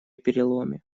переломе